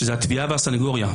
שזה התביעה והסנגוריה,